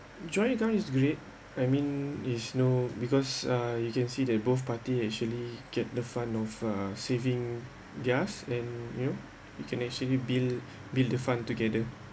joint account is great I mean is no because uh you can see that both party actually get the fund of uh saving yes and you know you can actually bill bill the fund together